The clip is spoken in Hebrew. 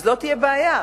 אז לא תהיה בעיה.